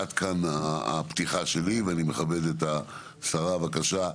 עד כאן הפתיחה שלי, אני מכבד את השרה, בבקשה,